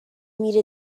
میره